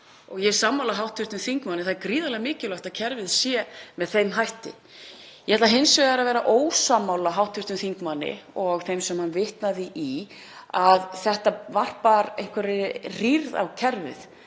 Ég er sammála hv. þingmanni, það er gríðarlega mikilvægt að kerfið sé með þeim hætti. Ég ætla hins vegar að vera ósammála hv. þingmanni og þeim sem hann vitnaði í að þetta varpi einhverri rýrð á kerfið,